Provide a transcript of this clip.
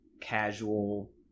casual